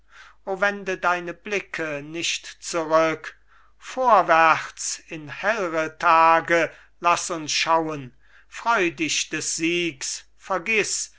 wende deine blicke nicht zurück vorwärts in hellre tage laß uns schauen freu dich des siegs vergiß